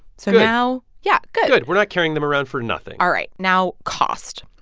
so now yeah, good good. we're not carrying them around for nothing all right, now cost.